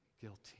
guilty